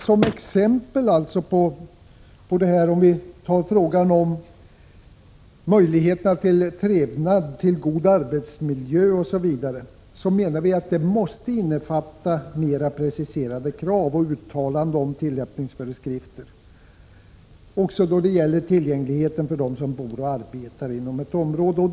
För att det skall vara möjligt att åstadkomma trevnad och god bostadsoch arbetsmiljö menar vi att förslaget måste innefatta mer preciserade krav och uttalanden om tillämpningsföreskrifter också när det gäller tillgänglighet för dem som bor och arbetar inom ett område.